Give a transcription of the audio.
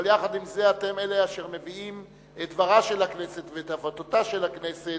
אבל יחד עם זה אתם אשר מביאים את דברה של הכנסת ואת עבודתה של הכנסת